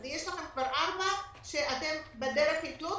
אז יש לכם כבר ארבעה שאתם בדרך לקלוט